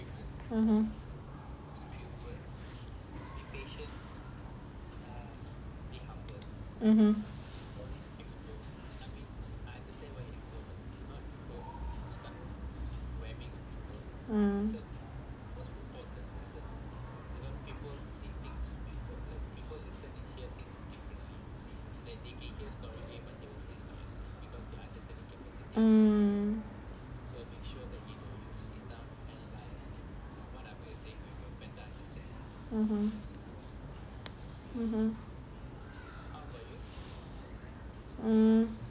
(uh huh) mm hmm (uh huh) ugh